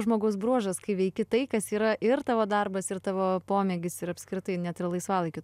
žmogaus bruožas kai veiki tai kas yra ir tavo darbas ir tavo pomėgis ir apskritai net ir laisvalaikiu